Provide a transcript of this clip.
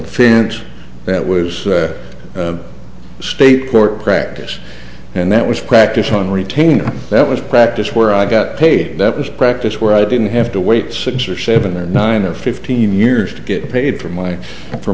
financial that was state court practice and that was practice on retainer that was practiced where i got paid that was practice where i didn't have to wait six or seven or nine or fifteen years to get paid for my for